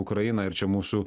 ukraina ir čia mūsų